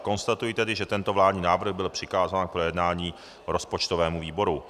Konstatuji tedy, že tento vládní návrh byl přikázán k projednání rozpočtovému výboru.